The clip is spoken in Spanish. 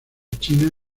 china